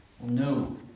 No